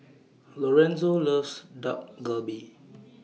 Lorenzo loves Dak Galbi